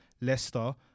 Leicester